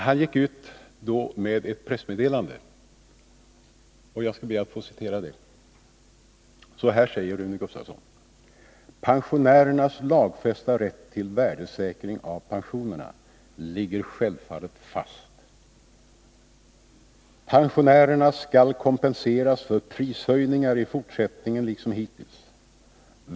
Han gick då ut med ett pressmeddelande, som jag skall be att få citera ur. Så här säger Rune Gustavsson: ”Pensionärernas lagfästa rätt till värdesäkring av pensionerna ligger självfallet fast. Pensionärerna skall kompenseras för prishöjningar i fortsättningen liksom hittills.